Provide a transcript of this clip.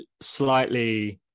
slightly